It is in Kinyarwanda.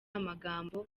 amagambo